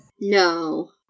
No